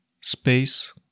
space